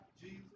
Jesus